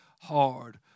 hard